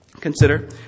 Consider